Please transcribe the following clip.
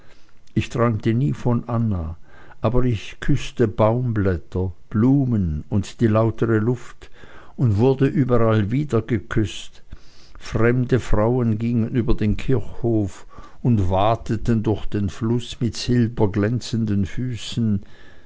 ich träumte nie von anna aber ich küßte baumblätter blumen und die lautere luft und wurde überall wiedergeküßt fremde frauen gingen über den kirchhof und wateten durch den fluß mit silberglänzenden füßen